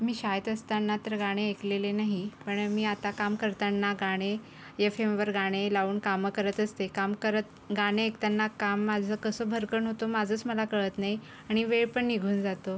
मी शाळेत असताना तर गाणे ऐकलेले नाही पण मी आता काम करताना गाणे एफ एमवर गाणे लावून कामं करत असते काम करत गाणे ऐकताना काम माझं कसं भर्रकन होतं माझंच मला कळत नाही आणि वेळ पण निघून जातो